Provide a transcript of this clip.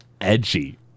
edgy